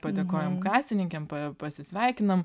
padėkojam kasininkėm pa pasisveikinam